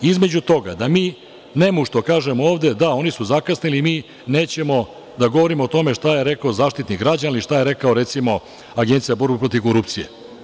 Između toga da mi nemušto kažemo ovde – da, oni su zakasnili, mi nećemo da govorimo o tome šta je rekao Zaštitnik građana, ili šta je rekla, recimo Agencija za borbu protiv korupcije.